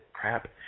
crap